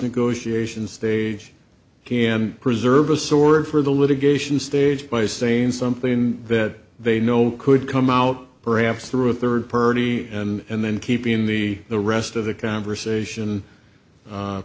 negotiations they can preserve a sword for the litigation staged by saying something that they know could come out perhaps through a third purdie and then keeping the the rest of the conversation